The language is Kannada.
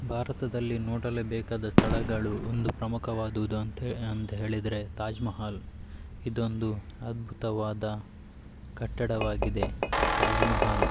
ಭಾರತದಲ್ಲಿ ನೋಡಲೇ ಬೇಕಾದ ಸ್ಥಳಗಳು ಒಂದು ಪ್ರಮುಖವಾದುದು ಅಂತ ಹೇ ಅಂತ ಹೇಳಿದರೆ ತಾಜ್ ಮಹಲ್ ಇದೊಂದು ಅದ್ಭುತವಾದ ಕಟ್ಟಡವಾಗಿದೆ ತಾಜ್ ಮಹಲ್